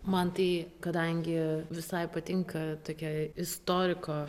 man tai kadangi visai patinka tokia istoriko